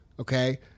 Okay